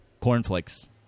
Cornflakes